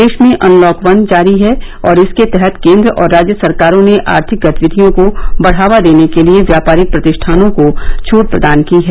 देश में unlock one जारी है और इसके तहत केंद्र और राज्य सरकारों ने आर्थिक गतिविधियों को बढ़ावा देने के लिए व्यापारिक प्रतिष्ठानों को छट प्रदान की है